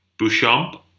Bouchamp